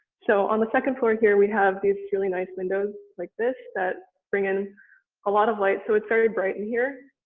so on the second floor here we have these really nice windows like this that bring in a lot of light. so it's very bright in here.